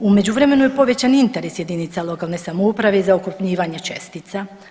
U međuvremenu je povećan interes jedinica lokalne samouprave za okrupnjivanje čestica.